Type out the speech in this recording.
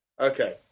Okay